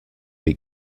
eat